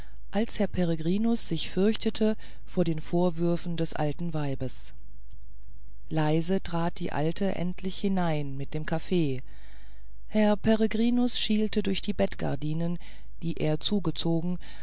als herr peregrinus sich fürchtete vor den vorwürfen des alten weibes leise trat die alte endlich hinein mit dem kaffee herr peregrinus schielte durch die bettgardinen die er zugezogen